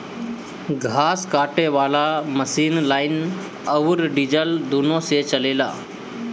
घास काटे वाला मशीन लाइन अउर डीजल दुनों से चलेला